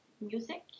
music